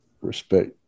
Respect